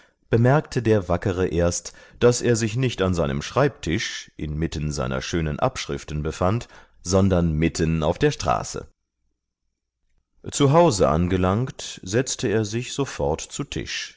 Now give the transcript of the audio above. bemerkte der wackere erst daß er sich nicht an seinem schreibtisch inmitten seiner schönen abschriften befand sondern mitten auf der straße zu hause angelangt setzte er sich sofort zu tisch